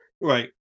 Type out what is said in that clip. Right